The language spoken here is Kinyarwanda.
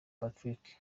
patrick